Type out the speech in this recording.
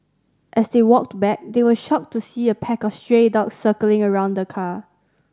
as they walked back they were shocked to see a pack of stray dogs circling around the car